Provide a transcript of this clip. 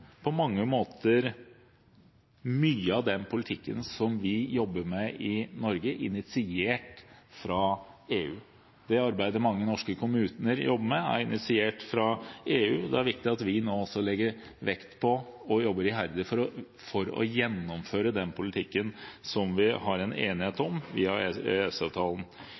mye av den politikken som vi jobber med i Norge, på mange måter initiert av EU. Det arbeidet mange norske kommuner gjør, er initiert av EU. Det er viktig at vi nå legger vekt på og jobber iherdig for å gjennomføre den politikken vi er enige om – via